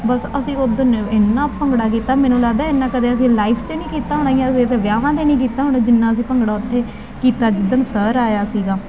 ਬਸ ਅਸੀਂ ਉਧਰ ਇੰਨਾ ਭੰਗੜਾ ਕੀਤਾ ਮੈਨੂੰ ਲੱਗਦਾ ਇੰਨਾ ਕਦੇ ਅਸੀਂ ਲਾਈਫ 'ਚ ਨਹੀਂ ਕੀਤਾ ਹੋਣਾ ਜਾਂ ਅਸੀਂ ਇੱਥੇ ਵਿਆਹਾਂ 'ਤੇ ਨਹੀਂ ਕੀਤਾ ਹੋਣਾ ਜਿੰਨਾ ਅਸੀਂ ਭੰਗੜਾ ਉੱਥੇ ਕੀਤਾ ਜਿੱਦਣ ਸਰ ਆਇਆ ਸੀਗਾ